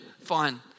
Fine